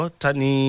tani